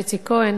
איציק כהן.